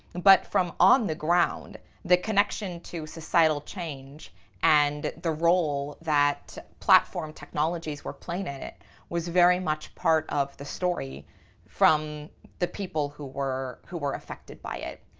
but from on the ground the connection to societal change and the role that platform technologies were playing in it was very much part of the story from the people who were who were affected by it.